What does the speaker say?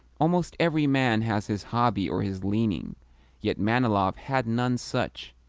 almost every man has his hobby or his leaning yet manilov had none such,